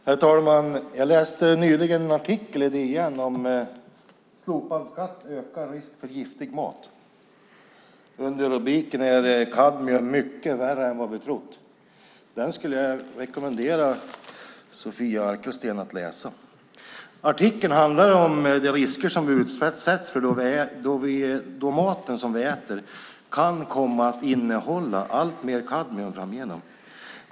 Herr talman! Jag läste nyligen två artiklar i DN under rubrikerna "Slopad skatt ökar risk för giftig mat" och "Kadmium mycket värre än vad vi trott". Dem skulle jag rekommendera Sofia Arkelsten att läsa. Artiklarna handlar om de risker vi utsätts för då maten som vi äter kan komma att innehålla alltmer kadmium framgenom.